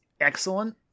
excellent